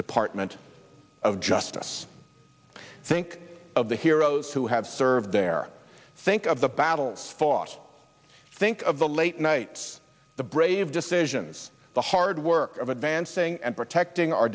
department of justice think of the heroes who have served there think of the battles fought think of the late nights the brave decisions the hard work of advancing and protecting our